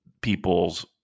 people's